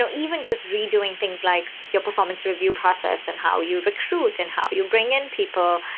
so even just redoing things like your performance review process and how you recruit and how you bring in people,